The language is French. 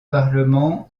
parlement